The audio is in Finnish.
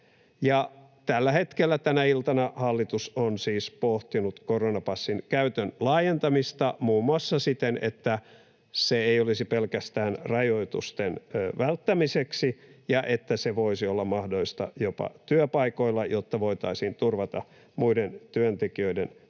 Tällä hetkellä, tänä iltana hallitus on siis pohtinut koronapassin käytön laajentamista muun muassa siten, että se ei olisi pelkästään rajoitusten välttämiseksi ja että se voisi olla mahdollista jopa työpaikoilla, jotta voitaisiin turvata muiden työntekijöiden